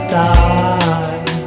die